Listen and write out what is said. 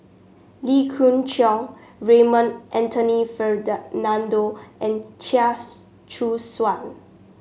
Lee Khoon Choy Raymond Anthony and Chia Choo Suan